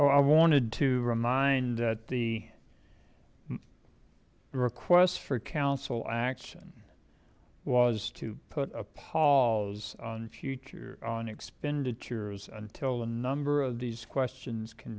and i wanted to remind that the request for council action was to put a pause on future on expenditures until the number of these questions can